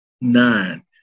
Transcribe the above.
nine